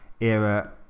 era